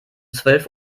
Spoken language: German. zwölf